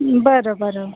बरं बरं